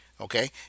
okay